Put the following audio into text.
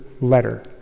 letter